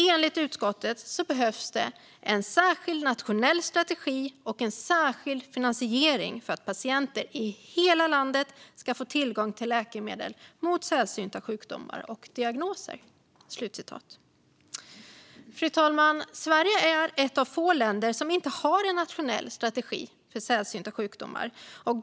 Enligt utskottet behövs en särskild nationell strategi och en särskild finansiering för att patienter i hela landet ska få tillgång till läkemedel mot sällsynta sjukdomar och diagnoser." Fru talman! Sverige är ett av få länder som inte har en nationell strategi för sällsynta sjukdomar.